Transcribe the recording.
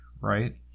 Right